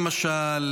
למשל,